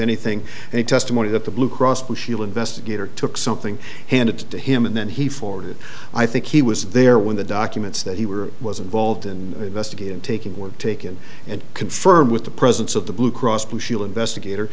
anything and the testimony that the blue cross blue shield investigator took something handed to him and then he forwarded i think he was there when the documents that he were was involved in the investigation taking were taken and confirmed with the presence of the blue cross blue shield investigator